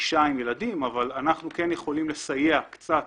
אישה עם ילדים אבל אנחנו כן יכולים לסייע קצת